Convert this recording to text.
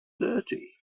dirty